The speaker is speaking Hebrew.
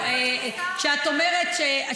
אסור, את אומרת שמותר.